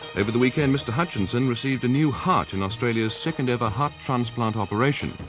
over the weekend, mr hutchinson received a new heart in australia's second-ever heart transplant operation.